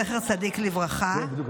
זכר צדיק לברכה,